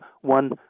one